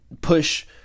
push